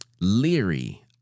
leery